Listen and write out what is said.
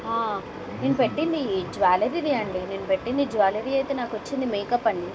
నేను పెట్టింది జువెలరీ అండి నేను పెట్టింది జువెలరీ అయితే నాకు వచ్చింది మేకప్ అండి